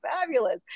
fabulous